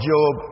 Job